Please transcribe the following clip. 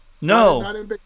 No